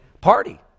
party